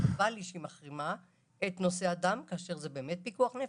חבל לי שהיא מחרימה את נושא הדם כשזה באמת פיקוח נפש.